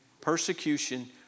Persecution